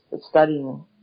studying